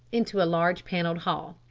into a large panelled hall.